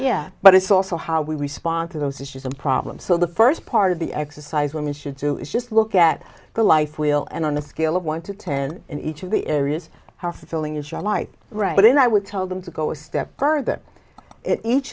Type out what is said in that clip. yeah but it's also how we respond to those issues and problems so the first part of the exercise women should do is just look at the life wheel and on a scale of one to ten in each of the areas are filling is your life right then i would tell them to go a step further in each